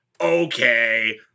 okay